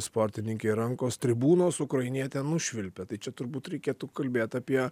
sportininkei rankos tribūnos ukrainietę nušvilpė tai čia turbūt reikėtų kalbėti apie